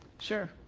sure.